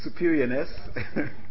superiorness